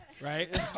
right